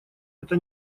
это